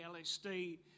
LSD